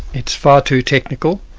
it's far too technical,